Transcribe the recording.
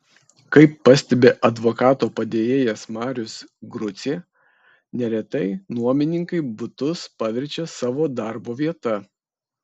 kaip pastebi advokato padėjėjas marius grucė neretai nuomininkai butus paverčia savo darbo vieta